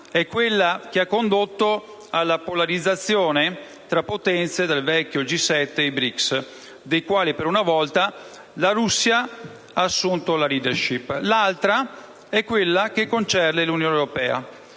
è quella che ha condotto alla polarizzazione tra potenze del vecchio G7 e i BRICS, dei quali per una volta la Russia ha assunto la *leadership;* l'altra è quella che concerne l'Unione europea.